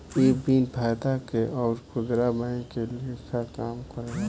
इ बिन फायदा के अउर खुदरा बैंक के लेखा काम करेला